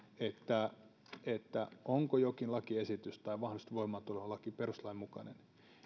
onko jokin lakiesitys tai mahdollisesti voimaantulolaki perustuslain mukainen